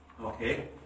Okay